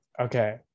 okay